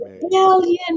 million